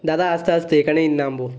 দাদা আস্তে আস্তে এখানেই নামব